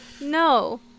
no